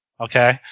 Okay